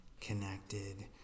connected